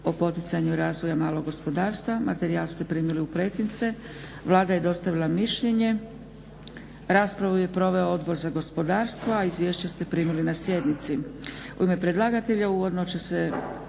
o poticanju razvoja malog gospodarstva. Materijal ste primili u pretince. Vlada je dostavila mišljenje. Raspravu je proveo Odbor za gospodarstvo. Izvješća ste primili na sjednici. U ime predlagatelja uvodno će